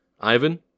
Ivan